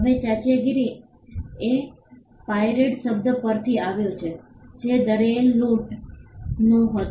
હવે ચાંચિયાગીરી એ પાઇરેટ શબ્દ પરથી આવ્યો છે જે દરિયાઈ લૂંટારૂનો હતો